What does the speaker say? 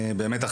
באמת,